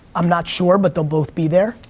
i'm not sure, but they'll both be there.